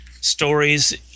stories